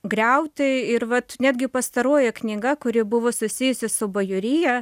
griauti ir vat netgi pastaroji knyga kuri buvo susijusi su bajorija